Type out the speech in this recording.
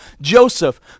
Joseph